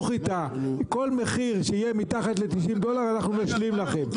כל מחיר שיהיה מתחת ל-90 דולר אנחנו נמשיך לכם.